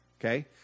Okay